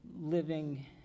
living